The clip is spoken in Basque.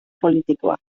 politikoa